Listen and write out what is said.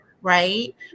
Right